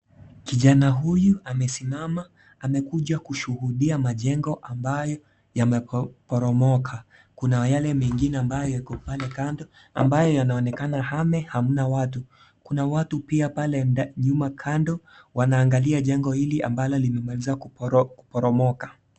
Kijana huyu amesimama amekuja kushuhudia majengo ambayo yameporomoka, kuna yale mengine ambayo yako pale kando ambayo yanaonekana ame hamna watu, kuna watu pia pale nyuma kando wanaangalia jengo hili ambalo limemaliza kuporomoka.